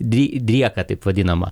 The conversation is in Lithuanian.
dri drieką taip vadinamą